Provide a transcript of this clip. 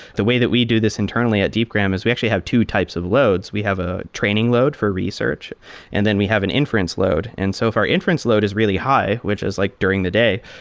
the way that we do this internally at deepgram is we actually have two types of loads. we have a training load for research and then we have an inference load. and so our inference load is really high, which is like during the day,